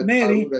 Mary